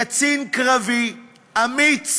קצין קרבי, אמיץ,